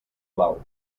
blau